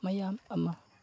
ꯃꯌꯥꯝ ꯑꯃ